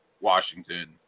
Washington